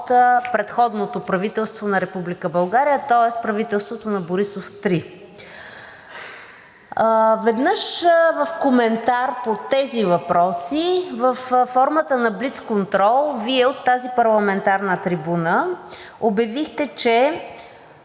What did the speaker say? предходното правителство на Република България, тоест правителството на Борисов 3. Веднъж в коментар по тези въпроси във формата на блицконтрол Вие от тази парламентарна трибуна обявихте, че